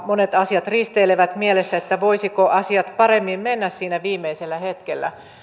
monet asiat risteilevät mielessä että voisivatko asiat paremmin mennä siinä viimeisellä hetkellä